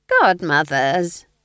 godmother's